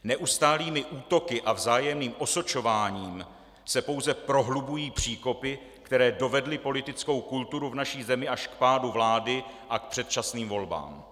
Neustálými útoky a vzájemným osočováním se pouze prohlubují příkopy, které dovedly politickou kulturu v naší zemi až k pádu vlády a k předčasným volbám.